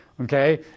okay